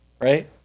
right